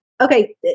okay